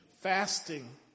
fasting